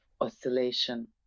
oscillation